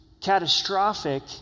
catastrophic